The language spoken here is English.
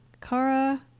Kara